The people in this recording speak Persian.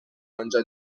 انجا